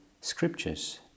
scriptures